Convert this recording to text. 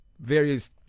various